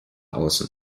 außen